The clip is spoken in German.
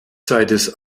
seines